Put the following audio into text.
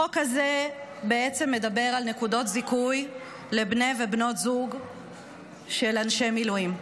החוק הזה בעצם מדבר על נקודות זיכוי לבנות ובני זוג של אנשי מילואים.